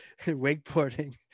wakeboarding